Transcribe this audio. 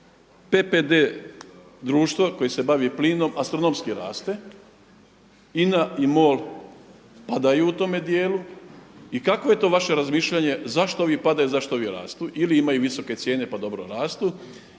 PPD društvo koje se bavi plinom astronomski raste, INA I MOL padaju u tome dijelu i kako je to vaše razmišljanje zašto ovi padaju, zašto ovi rastu ili imaju visoke cijene pa dobro rastu